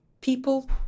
people